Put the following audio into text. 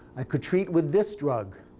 i could treat with this drug.